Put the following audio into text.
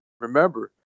Remember